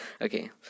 Okay